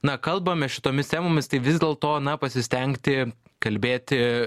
na kalbame šitomis temomis tai vis dėlto na pasistengti kalbėti